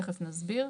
תכף נסביר.